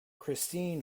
christine